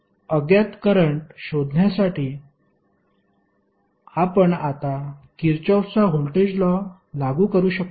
अज्ञात करंट शोधण्यासाठी आपण आता किरचॉफचा व्होल्टेज लॉ लागू करू शकतो